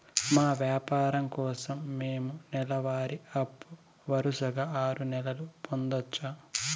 మా వ్యాపారం కోసం మేము నెల వారి అప్పు వరుసగా ఆరు నెలలు పొందొచ్చా?